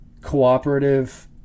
cooperative